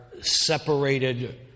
separated